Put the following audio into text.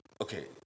Okay